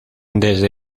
desde